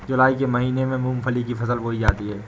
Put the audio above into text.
जूलाई के महीने में मूंगफली की फसल बोई जाती है